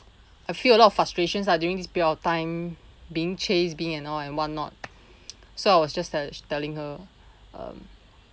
I feel a lot of frustrations ah during this period of time being chased being and all in what not so I was just tell telling her um